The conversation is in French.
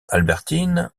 albertine